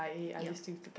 yup